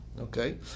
Okay